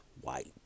white